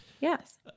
Yes